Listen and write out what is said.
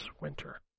winter